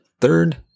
third